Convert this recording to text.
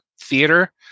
theater